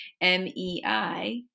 M-E-I